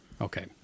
Okay